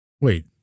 Wait